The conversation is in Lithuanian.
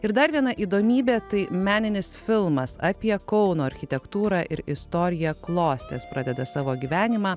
ir dar viena įdomybė tai meninis filmas apie kauno architektūrą ir istoriją klostės pradeda savo gyvenimą